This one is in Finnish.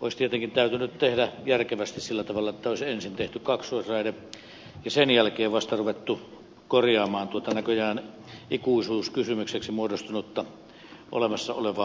olisi tietenkin täytynyt tehdä järkevästi sillä tavalla että olisi ensin tehty kaksoisraide ja sen jälkeen vasta ruvettu korjaamaan tuota näköjään ikuisuuskysymykseksi muodostunutta olemassa olevaa raidetta